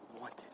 wanted